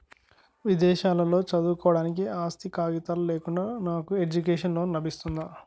విదేశాలలో చదువుకోవడానికి ఆస్తి కాగితాలు లేకుండా నాకు ఎడ్యుకేషన్ లోన్ లబిస్తుందా?